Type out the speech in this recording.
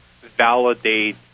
validate